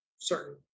certain